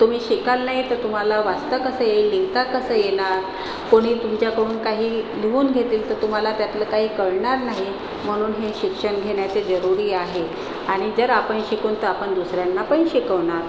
तुम्ही शिकला नाही तर तुम्हाला वाचता कसं येईल लिहिता कसं येणार कोणी तुमच्याकडून काही लिहून घेतील तर तुम्हाला त्यातलं काही कळणार नाही म्हणून हे शिक्षण घेण्याचे जरूरी आहे आणि जर आपण शिकून तर आपण दुसऱ्यांनापण शिकवणार